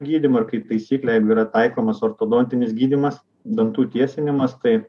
gydymo ir kaip taisyklė taikomas ortodontinis gydymas dantų tiesinimas tai